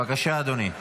בבקשה, אדוני.